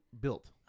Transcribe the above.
built